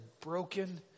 broken